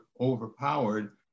overpowered